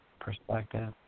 perspective